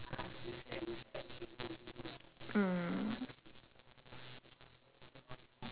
mm